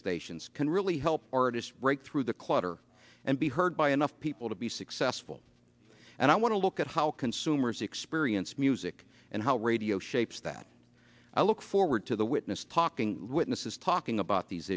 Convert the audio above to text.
stations can really help or to break through the clutter and be heard by enough people to be successful and i want to look at how consumers experience music and how radio shapes that i look forward to the witness talking witnesses talking about these